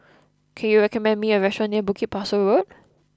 can you recommend me a restaurant near Bukit Pasoh Road